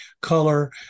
color